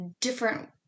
different